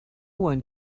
one